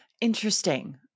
Interesting